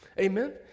Amen